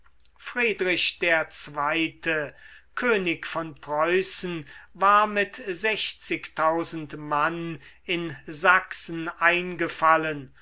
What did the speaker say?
friedrich der zweite könig von preußen war mit mann in sachsen eingefallen